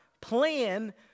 Plan